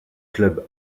club